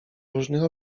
różnych